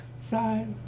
Side